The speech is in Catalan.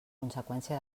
conseqüència